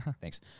Thanks